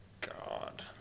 God